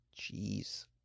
Jeez